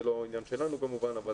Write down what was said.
זה לא עניין שלנו כמובן אבל